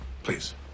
Please